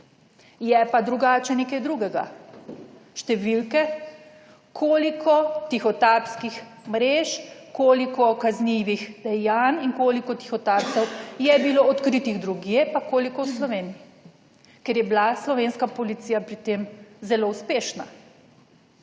je pa drugače nekaj drugega, številke, koliko tihotapskih mrež, koliko kaznivih dejanj in koliko tihotapcev je bilo odkritih drugje, pa koliko v Sloveniji, ker je bila slovenska policija pri tem zelo uspešna.